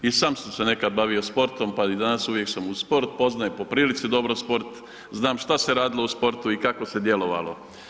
I sam se nekada bavio sportom, pa i danas uvijek sam uz sport, poznajem po prilici dobro sport, znam šta se radilo u sportu i kako se djelovalo.